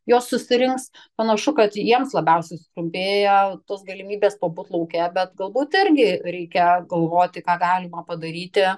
juos susirinks panašu kad jiems labiausiai sutrumpėja tos galimybės pabūt lauke bet galbūt irgi reikia galvoti ką galima padaryti